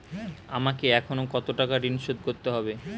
আমাকে এখনো কত টাকা ঋণ শোধ করতে হবে?